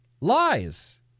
Lies